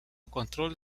control